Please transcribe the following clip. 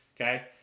Okay